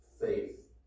faith